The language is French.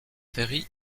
ferry